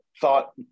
thought